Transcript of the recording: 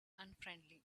unfriendly